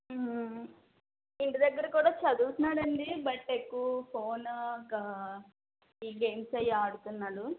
ఇంటి దగ్గర కూడా చదువుతున్నాడండి బట్ ఎక్కువ ఫోను ఇంకా ఈ గేమ్స్ అవి ఆడుతున్నాడు